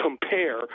compare